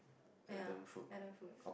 ya Adam food